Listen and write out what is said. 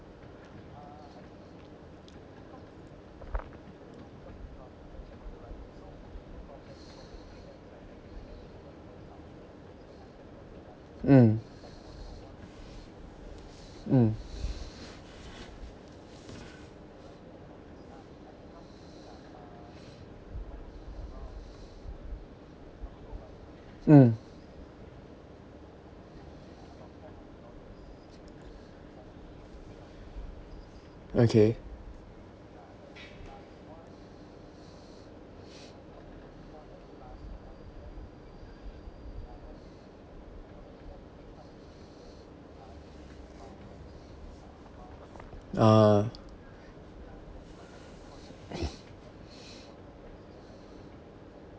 mm mm mm okay ah